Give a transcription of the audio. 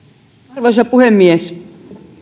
arvoisa puhemies